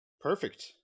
perfect